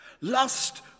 Lust